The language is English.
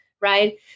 Right